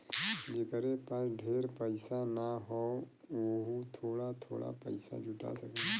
जेकरे पास ढेर पइसा ना हौ वोहू थोड़ा थोड़ा पइसा जुटा सकेला